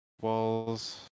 walls